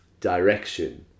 direction